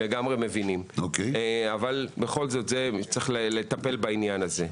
אנחנו לגמרי מבינים אבל בכל זאת צריך לטפל בעניין הזה.